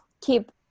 keep